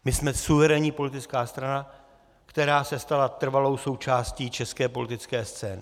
My jsme suverénní politická strana, která se stala trvalou součástí české politické scény.